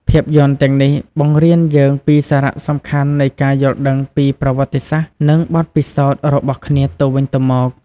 ភាពយន្តទាំងនេះបង្រៀនយើងពីសារៈសំខាន់នៃការយល់ដឹងពីប្រវត្តិសាស្រ្ត និងបទពិសោធន៍របស់គ្នាទៅវិញទៅមក។